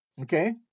Okay